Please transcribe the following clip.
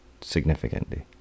significantly